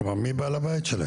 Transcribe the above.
כלומר, מי בעל הבית שלהם?